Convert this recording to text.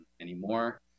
anymore